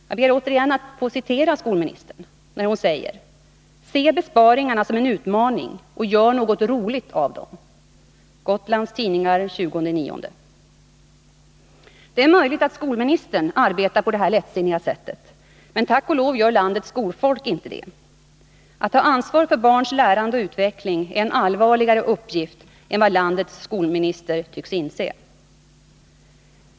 Jag ber att få citera skolministern när hon i Gotlands tidningar den 20 september säger: ”Se besparingarna som en utmaning och gör något roligt av dem.” Det är möjligt att skolministern arbetar på detta lättsinniga sätt, men tack och lov gör landets skolfolk inte det. Att ha ansvar för barns lärande och utveckling är en allvarligare uppgift än vad landets skolminister tycks inse.